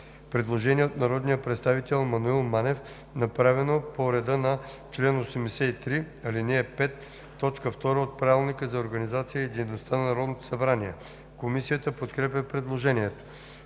предложение на народния представител Маноил Манев, направено по реда на чл. 83, ал. 5, т. 2 от Правилника за организацията и дейността на Народното събрание. Комисията подкрепя предложението.